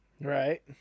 Right